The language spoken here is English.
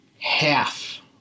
half